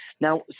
Now